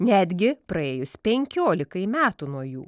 netgi praėjus penkiolikai metų nuo jų